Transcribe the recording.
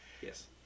Yes